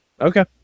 Okay